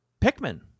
Pikmin